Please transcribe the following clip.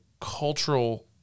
cultural